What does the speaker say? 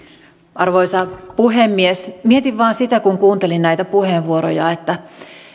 arvoisa puhemies mietin vain sitä kun kuuntelin näitä puheenvuoroja että